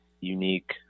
unique